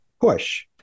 Push